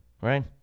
Right